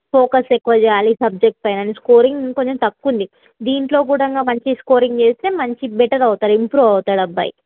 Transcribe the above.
focus ఎక్కువ చెయ్యాలి సబ్జెక్ట్పైన స్కోరింగ్ కొంచెం తక్కువుంది దీనిలో కూడా మంచి స్కోరింగ్ చేస్తే మంచి బెటర్ అవుతాడు ఇంప్రూవ్ అవుతాడు ఆ అబ్బాయి